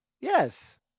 Yes